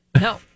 no